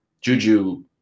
Juju